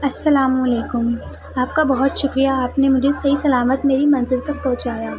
السلام علیکم آپ کا بہت شکریہ آپ نے مجھے صحیح سلامت میری منزل تک پہنچایا